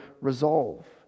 resolve